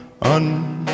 Un-